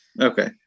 Okay